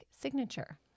signature